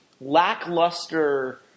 lackluster